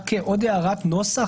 רק עוד הערת נוסח,